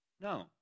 No